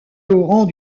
laurent